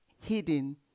hidden